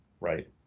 right